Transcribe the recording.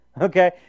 Okay